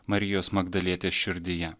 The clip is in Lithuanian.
marijos magdalietės širdyje